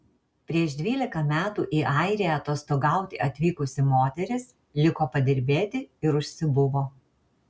prieš dvylika metų į airiją atostogauti atvykusi moteris liko padirbėti ir užsibuvo